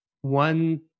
One